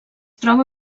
troba